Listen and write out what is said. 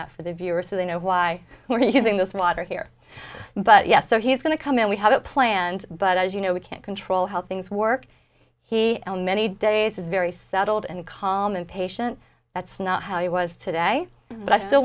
that for the viewer so they know why we're using this water here but yes so he's going to come and we have it planned but as you know we can't control helpings work he don't many days is very settled and calm and patient that's not how it was today but i still